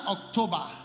October